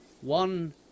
one